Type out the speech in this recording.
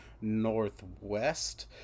northwest